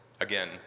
Again